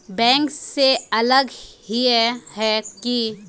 Bank से अलग हिये है की?